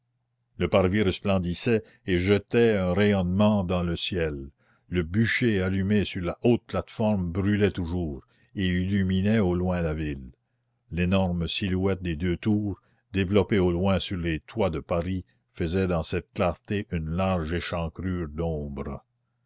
le parvis resplendissait et jetait un rayonnement dans le ciel le bûcher allumé sur la haute plate-forme brûlait toujours et illuminait au loin la ville l'énorme silhouette des deux tours développée au loin sur les toits de paris faisait dans cette clarté une large échancrure d'ombre